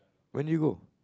when did you go